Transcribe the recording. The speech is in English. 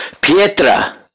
Pietra